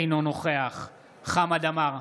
אינו נוכח חמד עמאר,